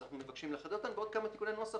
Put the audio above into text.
אז אנחנו מבקשים לחדד אותם יחד עם עוד כמה תיקוני נוסח